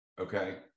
okay